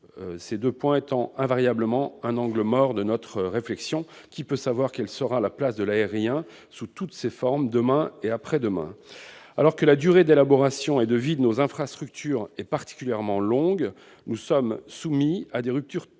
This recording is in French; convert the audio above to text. ces deux domaines relevant invariablement d'un angle mort de notre réflexion. Qui peut savoir quelle sera la place de l'aérien, sous toutes ses formes, demain et après-demain ? Alors que la durée d'élaboration et de vie de nos infrastructures est particulièrement longue, nous sommes soumis à des ruptures